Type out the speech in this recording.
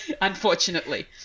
Unfortunately